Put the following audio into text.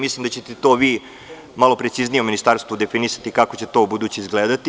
Mislim da ćete to vi malo preciznije u Ministarstvu definisati kako će to u buduće izgledati.